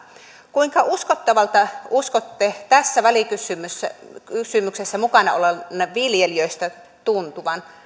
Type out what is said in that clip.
kuinka uskottavalta uskotte tuon tässä välikysymyksessä mukana olevista viljelijöistä tuntuvan